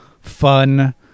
fun